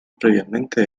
previamente